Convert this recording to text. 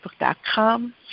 Facebook.com